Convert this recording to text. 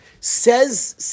Says